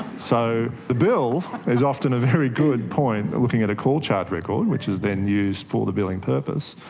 so the bill is often a very good point, looking at a call charge record, which is then used for the billing purpose,